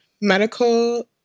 medical